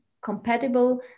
compatible